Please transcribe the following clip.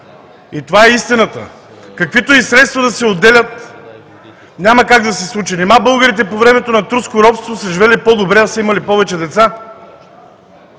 Това е истината. Каквито и средства да се отделят, няма как да се случи. Нима българите по времето на турското робство са живели по-добре, а са имали повече деца?